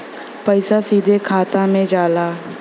पइसा सीधे खाता में जाला